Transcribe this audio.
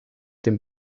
dem